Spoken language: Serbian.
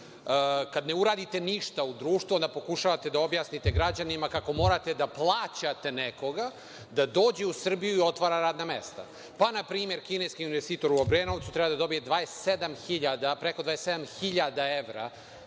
Kada ne uradite ništa u društvo onda pokušavate da objasnite građanima kako morate da plaćate nekoga da dođe u Srbiju i otvara radna mesta, pa na primer kineski investitor u Obrenovcu treba da dobije preko 27.000 evra